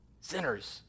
Sinners